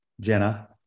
Jenna